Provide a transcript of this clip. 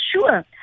sure